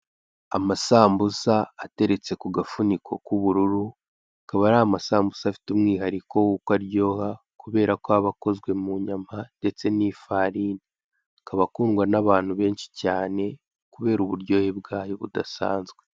Amasambusa ateretse ku gafuniko k'ubururu,a kaba ari amasambusa afite umwihariko w'uko aryoha kubera ko aba akozwe mu nyama ndetse n'ifarini. Akaba akundwa n'abantu benshi cyane kubera uburyohe bwayo budasanzwe.